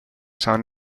san